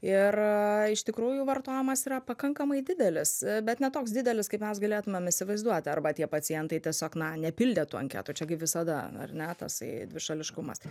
ir iš tikrųjų vartojimas yra pakankamai didelis bet ne toks didelis kaip mes galėtumėm įsivaizduoti arba tie pacientai tiesiog na nepildė tų anketų čia kaip visada ar ne tasai dvišališkumas